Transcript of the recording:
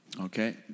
Okay